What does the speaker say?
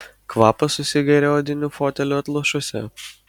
kvapas susigeria odinių fotelių atlošuose